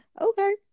Okay